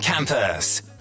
Campus